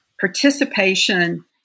participation